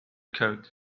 coat